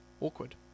Awkward